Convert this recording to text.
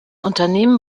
unternehmen